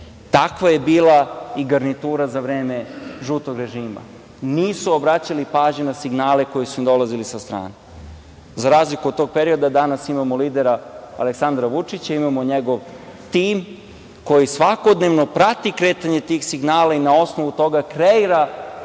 Takva je bila i garnitura za vreme žutog režima, nisu obraćali pažnju na signale koji su im dolazili sa strane.Za razliku od tog perioda, danas imamo lidera Aleksandra Vučića, imamo njegov tim koji svakodnevno prati kretanje tih signala i na osnovu toga kreira